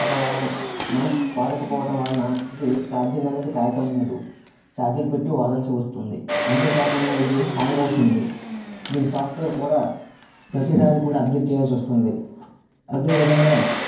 ఒక మంత్ వాడకపోవటం వలన ఇది ఛార్జింగ్ అనేది కాయటం లేదు ఛార్జర్ పెట్టి వాడాల్సి వస్తుంది అంతేకాకున్న ఇది హ్యాంగ్ అవుతుంది దీని సాఫ్ట్వేర్ కూడా ప్రతిసారి కూడా అప్డేట్ ఇవ్వాల్సి వస్తుంది అదే విధంగా